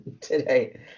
today